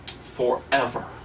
forever